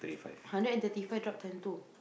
hundred and thirty five drop time two